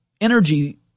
energy